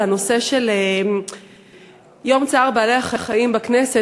הנושא של יום צער בעלי-החיים בכנסת,